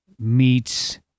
meets